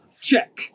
Check